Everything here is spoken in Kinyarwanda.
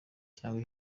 cyangwa